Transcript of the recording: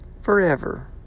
forever